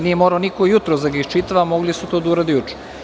Nije morao niko jutros da ga iščitava, mogli su to da urade juče.